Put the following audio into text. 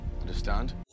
Understand